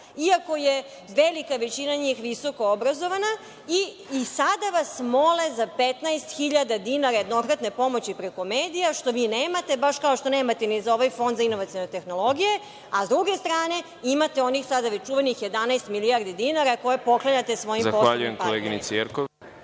iako je velika većina njih visokoobrazovana i sada vas mole za 15.000 dinara jednokratne pomoći preko medija, što vi nemate, baš kao što nemate ni za ovaj Fond za inovacione tehnologije, a s druge strane, imate onih sada već čuvenih 11 milijardi dinara koje poklanjate svojih koalicionim